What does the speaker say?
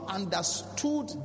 understood